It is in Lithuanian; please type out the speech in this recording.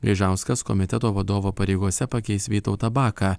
gaižauskas komiteto vadovo pareigose pakeis vytautą baką